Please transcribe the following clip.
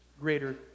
greater